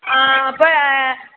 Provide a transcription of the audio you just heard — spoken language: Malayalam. ആ